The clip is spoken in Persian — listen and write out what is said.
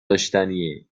داشتنیه